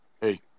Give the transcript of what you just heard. Hey